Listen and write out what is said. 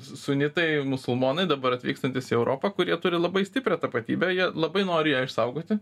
sunitai musulmonai dabar atvykstantys į europą kurie turi labai stiprią tapatybę jie labai nori ją išsaugoti